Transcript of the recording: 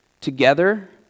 Together